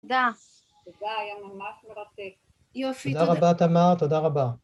תודה. תודה, היה ממש מרתק. יופי, תודה. תודה רבה, תמר, תודה רבה.